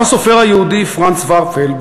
גם הסופר היהודי פרנץ ורפל,